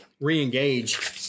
re-engage